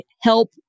help